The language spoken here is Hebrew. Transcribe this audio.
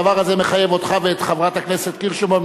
הדבר הזה מחייב אותך ואת חברת הכנסת קירשנבאום,